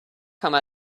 come